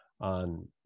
on